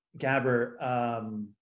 Gabber